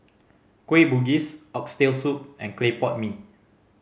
Kueh Bugis Oxtail Soup and clay pot mee